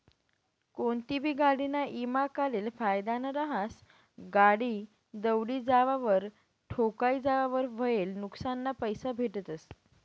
कोनतीबी गाडीना ईमा काढेल फायदाना रहास, गाडी दवडी जावावर, ठोकाई जावावर व्हयेल नुक्सानना पैसा भेटतस